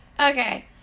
Okay